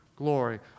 glory